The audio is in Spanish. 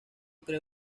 crea